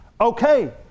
okay